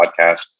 Podcast